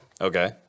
Okay